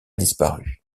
disparu